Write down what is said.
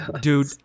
Dude